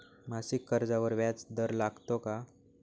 मासिक कर्जावर व्याज दर लागतो का?